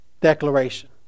declaration